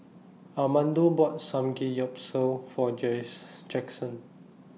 Armando bought Samgeyopsal For Jaxson